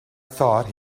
thought